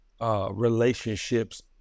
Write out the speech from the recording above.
relationships